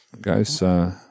Guys